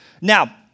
Now